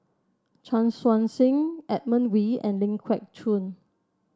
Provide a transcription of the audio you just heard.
Chan Chun Sing Edmund Wee and Ling Geok Choon